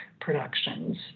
Productions